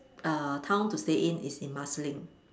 uh town to stay in is in Marsiling